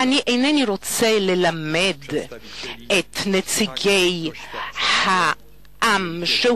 אני אינני רוצה ללמד את נציגי העם שהוא